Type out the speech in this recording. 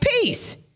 peace